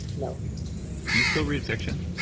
no do you still read fiction?